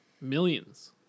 Millions